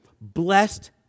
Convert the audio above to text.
blessed